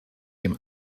dem